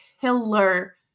killer